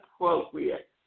appropriate